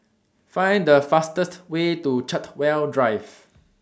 Find The fastest Way to Chartwell Drive